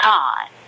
God